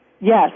Yes